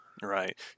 Right